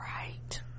Right